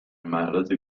معرض